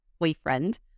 boyfriend